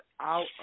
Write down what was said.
out